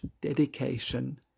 dedication